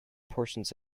portions